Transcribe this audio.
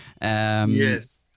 Yes